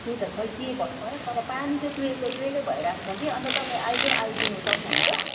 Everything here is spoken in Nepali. त्यही त खोई के भयो भयो तर पानी चाहिँ चुहिएको चुहिएकै भइरहेको छ कि अन्त तपाईँ अहिले आइदिन सक्नुहुन्छ